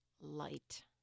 light